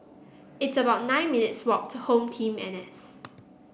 it's about nine minutes' walk to HomeTeam N S